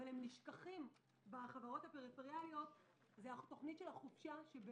אבל הם נשכחים בחברות הפריפריאליות זה תוכנית החופשה.